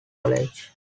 college